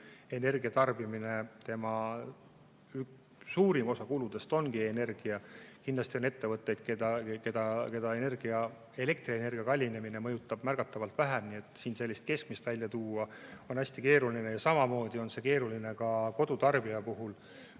energia tarbimine, ja tema suurim osa kuludest ongi energia. Kindlasti on ettevõtteid, keda elektrienergia kallinemine mõjutab märgatavalt vähem, nii et siin sellist keskmist välja tuua on hästi keeruline. Samamoodi on see keeruline kodutarbija puhul.